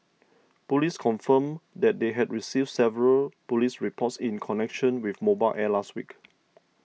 police confirmed they had received several police reports in connection with Mobile Air last week